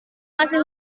masih